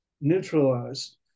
neutralized